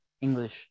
English